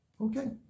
Okay